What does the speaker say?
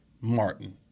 Martin